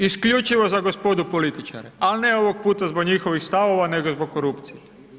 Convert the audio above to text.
Isključivo za gospodu političare, ali ne ovog puta zbog njihovih stavova nego zbog korupcije.